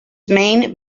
main